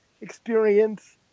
experience